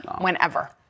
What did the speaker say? Whenever